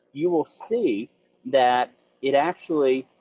you will see that it actually,